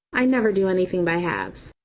i never do anything by halves.